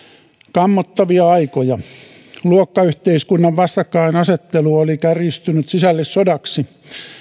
kammottavia aikoja luokkayhteiskunnan vastakkainasettelu oli kärjistynyt sisällissodaksi